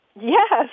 Yes